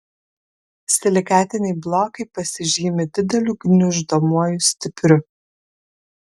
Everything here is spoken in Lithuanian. silikatiniai blokai pasižymi dideliu gniuždomuoju stipriu